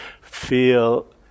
feel